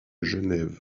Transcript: genève